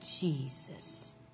Jesus